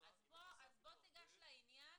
אז בוא תיגש לעניין